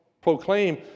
proclaim